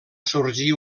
sorgir